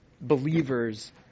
believers